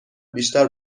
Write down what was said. بیشتر